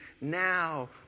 now